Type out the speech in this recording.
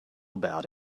about